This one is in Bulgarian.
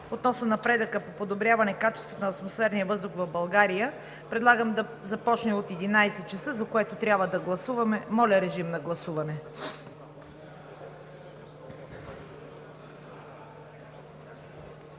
относно напредъка по подобряване качеството на атмосферния въздух в България предлагам да започне от 11,00 ч., за което трябва да гласуваме. Гласували